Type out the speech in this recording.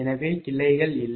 எனவே கிளைகள் இல்லை